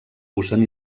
usen